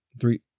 three